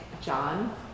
John